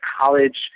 college